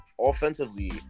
offensively